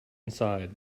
inside